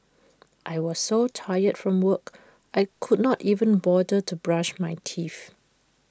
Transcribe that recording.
I was so tired from work I could not even bother to brush my teeth